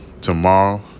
tomorrow